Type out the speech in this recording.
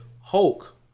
Hulk